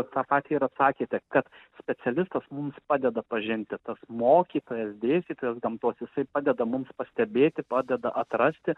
tą patį ir atsakėte kad specialistas mums padeda pažinti tas mokytojas dėstytojas gamtos jisai padeda mums pastebėti padeda atrasti